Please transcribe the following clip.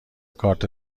کارت